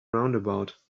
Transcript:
roundabout